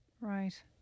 Right